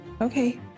okay